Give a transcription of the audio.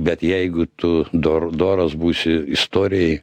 bet jeigu tu dor doras būsi istorijai